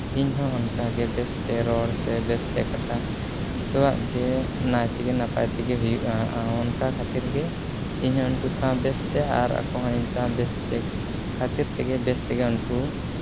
ᱤᱧ ᱦᱚᱸ ᱚᱱᱠᱟ ᱜᱮ ᱵᱮᱥᱛᱮ ᱨᱚᱟᱲ ᱥᱮ ᱵᱮᱥᱛᱮ ᱠᱟᱛᱷᱟ ᱡᱚᱛᱚᱣᱟᱜ ᱜᱮ ᱱᱟᱭ ᱛᱮᱜᱮ ᱱᱟᱯᱟᱭ ᱛᱮᱜᱮ ᱦᱩᱭᱩᱜᱼᱟ ᱟᱨ ᱚᱱᱠᱟ ᱠᱷᱟᱹᱛᱤᱨ ᱜᱮ ᱤᱧ ᱦᱚᱸ ᱩᱱᱠᱩ ᱥᱟᱶ ᱵᱮᱥᱛᱮ ᱟᱨ ᱟᱠᱚ ᱦᱚᱸ ᱤᱧ ᱥᱟᱶ ᱵᱮᱥᱛᱮ ᱠᱷᱟᱹᱛᱤᱨ ᱛᱮᱜᱮ ᱵᱮᱥ ᱛᱮᱜᱮ ᱩᱱᱠᱩ